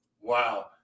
Wow